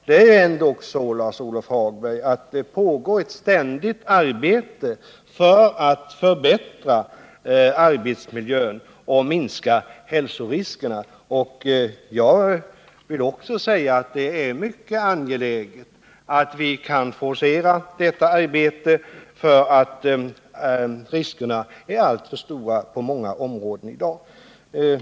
Det är ändå så, Lars-Ove Hagberg, att det pågår ett ständigt arbete för att förbättra arbetsmiljön och minska hälsoriskerna. Också jag vill framhålla att det är mycket angeläget att vi kan forcera detta arbete, eftersom riskerna är alltför stora på många områden i dag.